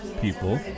people